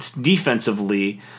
defensively